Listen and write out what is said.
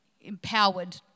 empowered